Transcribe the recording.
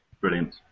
Brilliant